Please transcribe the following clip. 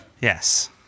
Yes